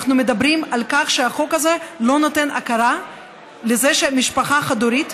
אנחנו מדברים על כך שהחוק הזה לא נותן הכרה לזה שמשפחה חד-הורית,